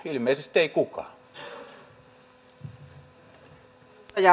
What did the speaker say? ilmeisesti ei kukaan